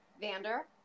Vander